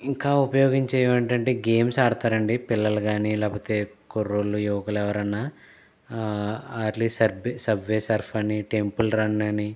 ఇంకా ఉపయోగించేవేంటంటే గేమ్స్ ఆడతారండి పిల్లలు కాని లేకపోతే కుర్రోళ్ళు యువకులు ఎవరన్న అట్లే సర్బ్ సబ్వె సబ్వె సర్ఫ్ అని టెంపుల్ రన్ అని